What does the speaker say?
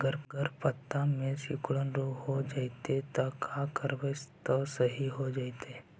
अगर पत्ता में सिकुड़न रोग हो जैतै त का करबै त सहि हो जैतै?